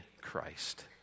Christ